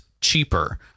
cheaper